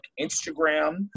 Instagram